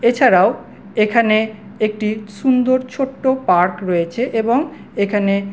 এছাড়াও এখানে একটি সুন্দর ছোট্টো পার্ক রয়েছে এবং এখানে